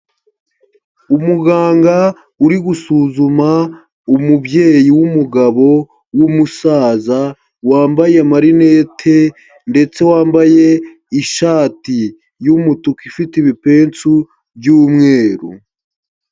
Umuganga uri gusuzuma umubyeyi w'umugabo w'umusaza, wambaye amarinete ndetse wambaye ishati y'umutuku ifite ibipesu by'umweru.